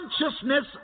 consciousness